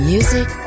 Music